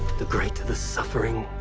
the greater the suffering,